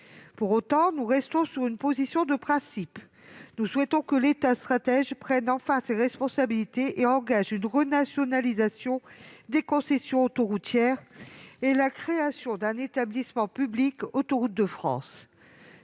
Pour autant, nous restons sur une position de principe : nous souhaitons que l'État stratège prenne enfin ses responsabilités, et engage une renationalisation des concessions autoroutières et la création d'un établissement public « Autoroutes de France